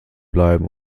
bleiben